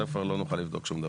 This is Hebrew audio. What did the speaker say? עכשיו כבר לא נוכל לבדוק שום דבר.